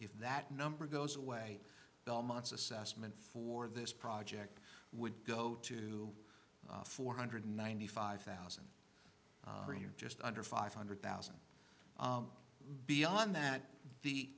if that number goes away belmont's assessment for this project would go to four hundred ninety five thousand a year just under five hundred thousand beyond that the